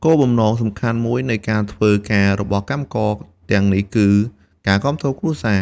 គោលបំណងសំខាន់មួយនៃការធ្វើការរបស់កម្មករទាំងនេះគឺ ការគាំទ្រគ្រួសារ។